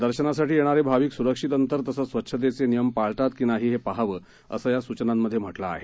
दर्शनासाठी येणाऱे भाविक सुरक्षित अंतर तसंच स्वच्छतेचे नियम पाळतात की नाही हे पहावं असं या सूचनांमध्ये म्हटलं आहे